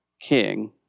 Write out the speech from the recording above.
king